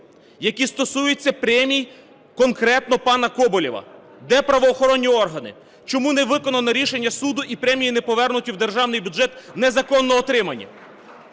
які стосуються премій конкретно пана Коболєва. Де правоохоронні органи? Чому не виконано рішення суду і премії не повернуті в державний бюджет, незаконно отриманні?